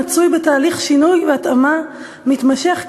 מצוי בתהליך שינוי והתאמה מתמשך,